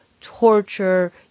torture